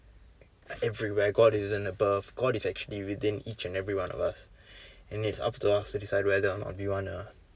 everywhere god isn't above god is actually within each and every one of us and it's up to us to decide whether or not we wanna